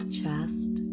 chest